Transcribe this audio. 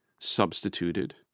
substituted